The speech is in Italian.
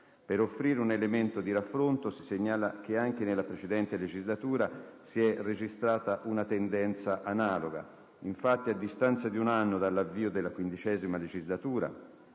Per offrire un elemento di raffronto, si segnala che anche nella precedente legislatura si è registrata una tendenza analoga. Infatti, a distanza di un anno dall'avvio della XV legislatura,